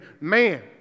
man